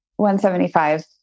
175